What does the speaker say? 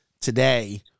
today